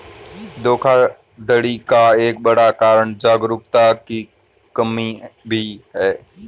धोखाधड़ी का एक बड़ा कारण जागरूकता की कमी भी है